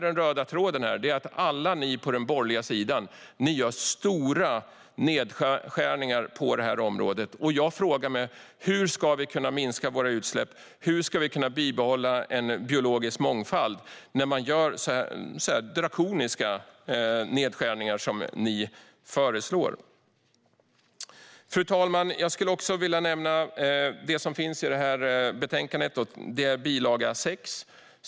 Den röda tråden är att alla på den borgerliga sidan gör stora nedskärningar på området. Jag undrar hur vi ska kunna minska utsläppen och bibehålla en biologisk mångfald när man gör så drakoniska nedskärningar som föreslås här. Fru talman! Jag vill också nämna det som finns i betänkandet som gäller bil. 6.